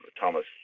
Thomas